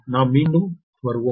நாம் மீண்டும் வருவோம்